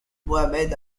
mohammed